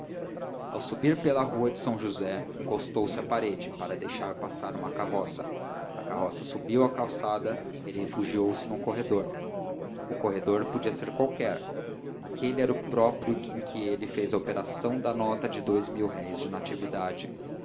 ao subir pela rua de são josé encostou-se à parede para deixar passar uma carroça a carroça subiu a calçada ele refugiou-se num corredor o corredor podia ser qualquer aquele era o próprio em que ele fez a operação da nota de dous mil-réis de natividade